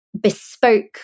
bespoke